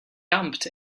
dumped